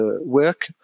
work